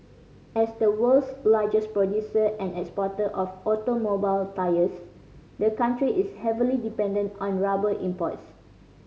as the world's largest producer and exporter of automobile tyres the country is heavily dependent on rubber imports